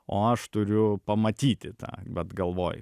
o aš turiu pamatyti tą bet galvoj